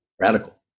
radical